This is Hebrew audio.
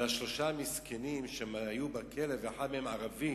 על שלושה מסכנים שהיו בכלא ואחד מהם ערבי